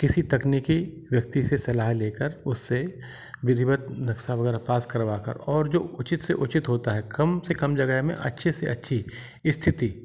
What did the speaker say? किसी तकनीकी व्यक्ति से सलाह लेकर उससे विधिवत नक्शा वगैरह पास करवा कर और जो उचित से उचित होता है कम से कम जगह में अच्छे से अच्छी स्थिति